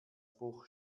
bruch